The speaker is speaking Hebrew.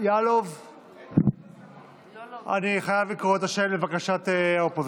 אני חייב לקרוא את השם, לבקשת האופוזיציה.